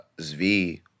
Zvi